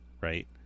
Right